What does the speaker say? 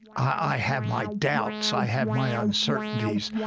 i have my doubts. i have my uncertainties.